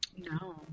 No